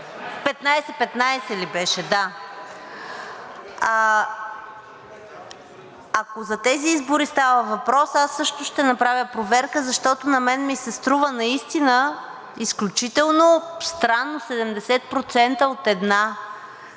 15/15 ли беше? Да. Ако за тези избори става въпрос, аз също ще направя проверка, защото на мен ми се струва наистина изключително странно една